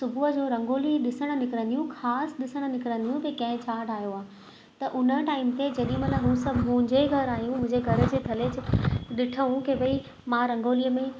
सुबुह जो रंगोली ॾिसणु निकिरंदियूं ख़ासि ॾिसणु निकिरंदियूं की कंहिं छा ठाहियो आहे त उन टाईम ते जेॾीमहिल हू सभु मुंहिंजे घरु आयूं मुंहिंजे घर जे थल्हे जे ॾिठऊं की भई मां रंगोलीअ में